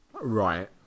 Right